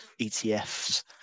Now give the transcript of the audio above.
ETFs